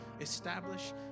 establish